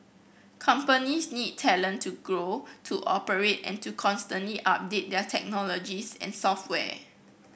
companies need talent to grow to operate and to constantly update their technologies and software